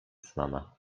znana